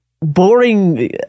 boring